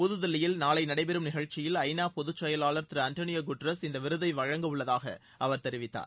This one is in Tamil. புதுதில்லியில் நாளை நடைபெறும் நிகழ்ச்சியில் ஐநா பொது செயவாளா் திரு ஆண்டோளியோக குட்ரஸ் இந்த விருதை வழங்கவுள்ளதாக அவர் தெரிவித்தார்